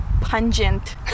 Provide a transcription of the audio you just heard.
pungent